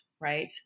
right